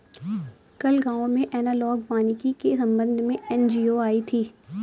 कल गांव में एनालॉग वानिकी के संबंध में एन.जी.ओ आई थी